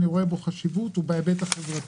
שאני רואה בו חשיבות הוא בהיבט החברתי.